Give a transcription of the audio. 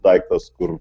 daiktas kur